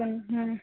हँ हूँ